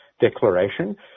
declaration